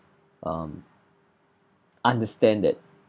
um understand that